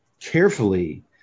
carefully